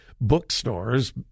bookstores